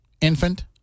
infant